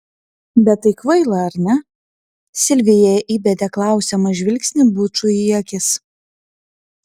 bet tai kvaila ar ne silvija įbedė klausiamą žvilgsnį bučui į akis